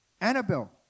Annabelle